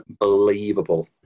unbelievable